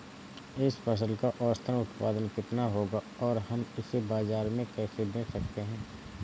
इस फसल का औसत उत्पादन कितना होगा और हम इसे बाजार में कैसे बेच सकते हैं?